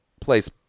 place